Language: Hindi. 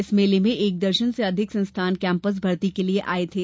इस मेले में एक दर्जन से अधिक संस्थान कैम्पस भर्ती के लिये आये